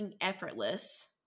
effortless